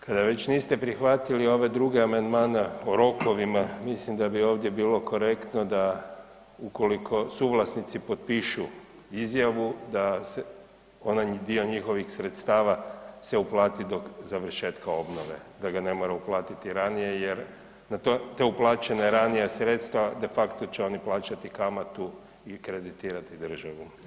Kada već niste prihvatili ove druge amandmane u rokovima, mislim da bi ovdje bilo korektno da ukoliko suvlasnici potpišu izjavu da se onaj dio njihovih sredstava se uplati do završetka obnove, da ga ne moraju platiti ranije jer na ta, ta uplaćena ranija sredstva de facto će oni plaćati kamatu i kreditirati državu.